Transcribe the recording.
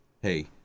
hey